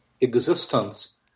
existence